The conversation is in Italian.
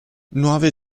nuove